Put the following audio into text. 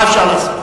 מה אפשר לעשות?